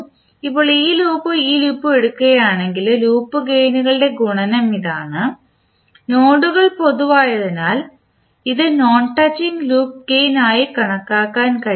ഇപ്പോൾ ഈ ലൂപ്പും ഈ ലൂപ്പും എടുക്കുകയാണെങ്കിൽ ലൂപ്പ് ഗേയിനുകളുടെ ഗുണനം ഇതാണ് നോഡുകൾ പൊതുവായതിനാൽ ഇത് നോൺ ടച്ചിംഗ് ലൂപ്പ് ഗേയിൻ ആയി കണക്കാക്കാൻ കഴിയില്ല